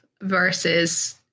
versus